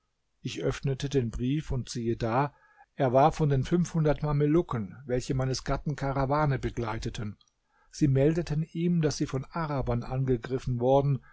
ich öffnete den brief und siehe da er war von den fünfhundert mamelucken welche meines gatten karawane begleiteten sie meldeten ihm daß sie von arabern angegriffen worden